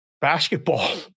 basketball